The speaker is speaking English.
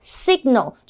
signal